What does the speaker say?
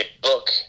book